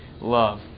love